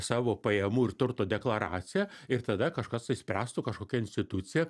savo pajamų ir turto deklaraciją ir tada kažkas tai spręstų kažkokia institucija